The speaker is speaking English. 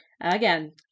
Again